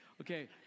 Okay